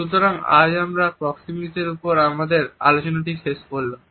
সুতরাং আজ আমরা প্রক্সেমিকস এর ওপর আমাদের আলোচনাটি শেষ করলাম